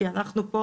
כי אנחנו פה